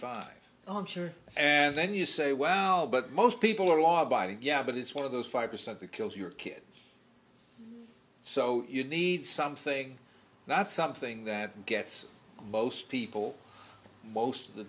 five oh i'm sure and then you say well but most people are law abiding yeah but it's one of those five percent that kills your kid so you need something that's something that gets most people most of the